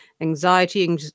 Anxiety